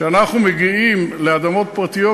כשאנחנו מגיעים לאדמות פרטיות,